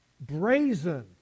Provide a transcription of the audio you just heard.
brazen